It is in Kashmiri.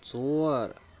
ژور